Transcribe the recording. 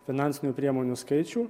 finansinių priemonių skaičių